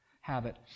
habit